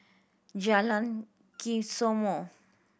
Jalan Kesoma